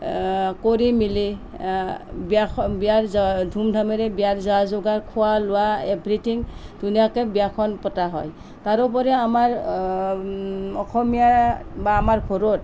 কৰি মেলি বিয়াৰখন বিয়াৰ ধুমধামেৰে বিয়াৰ যা যোগাৰ খোৱা লোৱা এভ্ৰিঠিং ধুনীয়াকৈ বিয়াখন পতা হয় তাৰোপৰি আমাৰ অসমীয়া বা আমাৰ ঘৰত